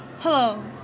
Hello